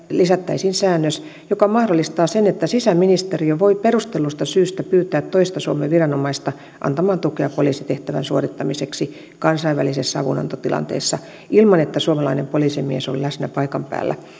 lisättäisiin säännös joka mahdollistaa sen että sisäministeriö voi perustellusta syystä pyytää toista suomen viranomaista antamaan tukea poliisitehtävän suorittamiseksi kansainvälisessä avunantotilanteessa ilman että suomalainen poliisimies on läsnä paikan päällä